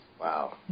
Wow